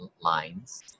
lines